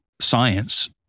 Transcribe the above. science